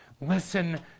Listen